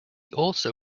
also